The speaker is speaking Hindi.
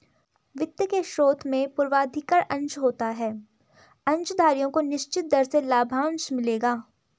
वित्त के स्रोत में पूर्वाधिकार अंश होता है अंशधारियों को निश्चित दर से लाभांश मिलेगा